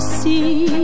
see